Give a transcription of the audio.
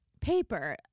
paper